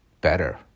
better